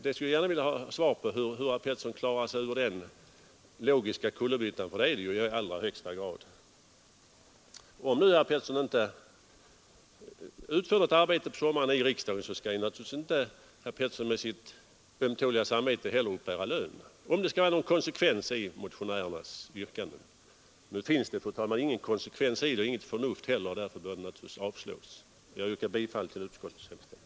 Jag skulle gärna vilja ha svar på hur herr Pettersson undgår den logiska kullerbyttan, ty en sådan är det ju i allra högsta grad. Om herr Pettersson inte utför något arbete på sommaren här i riksdagen, så skall han naturligtvis inte med sitt ömtåliga samvete uppbära lön, om det skall vara någon konsekvens i motionärernas yrkande. Nu finns det emellertid inte någon konsekvens och inte heller något förnuft i motionsyrkandet, och därför bör naturligtvis motionen avslås. Fru talman! Jag yrkar bifall till utskottets hemställan.